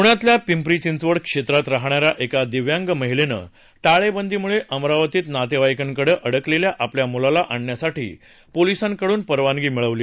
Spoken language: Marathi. प्ण्यातल्या पिंपरी चिंचवड क्षेत्रात राहणाऱ्या एका दिव्यांग महिलेनं टाळेबंदीमुळे अमरावतीत नातेवाईकांकडे अडकलेल्या आपल्या मुलाला आणणण्यासाठी पोलीसांकडून परवानगी मिळवली